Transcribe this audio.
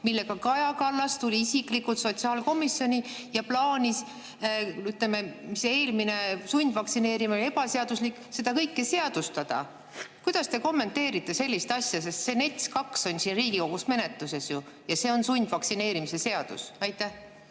millega Kaja Kallas tuli isiklikult sotsiaalkomisjoni. Ta plaanis, kuna eelmine sundvaktsineerimine oli ebaseaduslik, seda kõike seadustada. Kuidas te kommenteerite sellist asja? NETS II on siin Riigikogus menetluses ja see on sundvaktsineerimise seadus. Ma